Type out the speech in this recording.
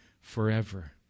forever